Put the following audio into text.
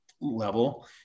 level